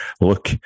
look